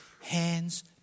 Hands